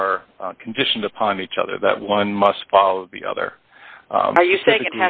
are conditioned upon each other that one must follow the other are you saying